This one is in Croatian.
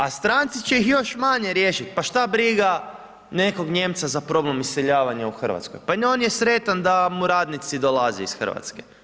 A stranci će ih još manje riješiti, pa šta briga nekog Nijemca za problem iseljavanja u Hrvatskoj, pa on je sretan da mu radnici dolaze iz Hrvatske.